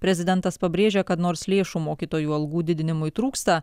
prezidentas pabrėžia kad nors lėšų mokytojų algų didinimui trūksta